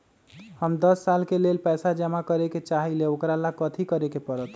हम दस साल के लेल पैसा जमा करे के चाहईले, ओकरा ला कथि करे के परत?